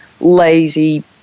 lazy